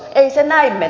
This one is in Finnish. ei se näin mene